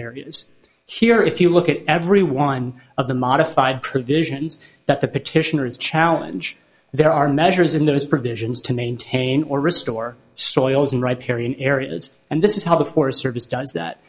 areas here if you look at every one of the modified provisions that the petitioners challenge there are measures in those provisions to maintain or restore soils and right here in areas and this is how the forest service does that